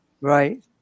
Right